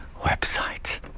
website